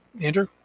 Andrew